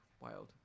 wild